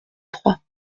trois